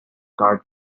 cart